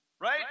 right